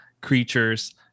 creatures